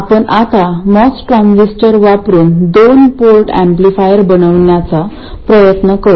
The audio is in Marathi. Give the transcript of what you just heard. आपण आता मॉस ट्रान्झिस्टर वापरुन दोन पोर्ट एम्पलीफायर बनविण्याचा प्रयत्न करू